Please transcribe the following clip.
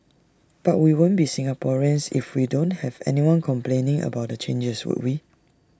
but we won't be Singaporeans if we don't have anyone complaining about the changes would we